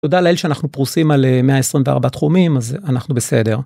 תודה לאל שאנחנו פרוסים על 124 תחומים, אז אנחנו בסדר.